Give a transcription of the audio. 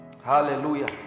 Hallelujah